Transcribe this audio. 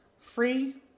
free